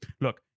look